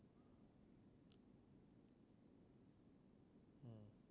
mm